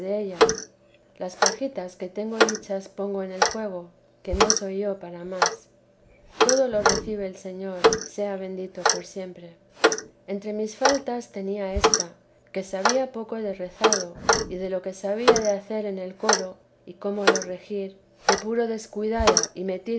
las pajitas que tengo dichas pongo en el fuego que no soy yo para más todo lo recibe el señor sea bendito para siempre entre mis faltas tenía ésta que sabía poco de rezado y de lo que había de hacer en el coro y cómo le regir de puro descuidada y metida